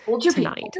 tonight